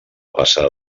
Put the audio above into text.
passar